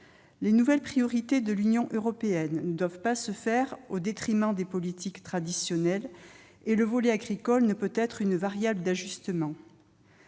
Les nouvelles priorités de l'Union européenne ne doivent pas se faire au détriment des politiques traditionnelles et le volet agricole ne peut être une variable d'ajustement.